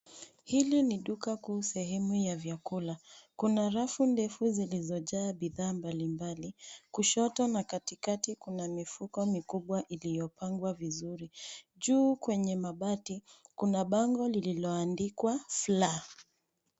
Hili ni duka kuu sehemu ya vyakula. Kuna rafu ndefu zilizo jaa bidhaa mbali mbali. Kushoto na katikati kuna mifuko mikubwa iliyo pangwa vizuri. Juu kwenye mabati kuna bango lililo andikwa flour .